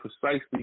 precisely